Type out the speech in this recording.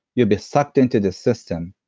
you'll be sucked into this system.